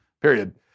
period